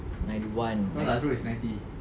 ninety one